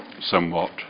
somewhat